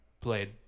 played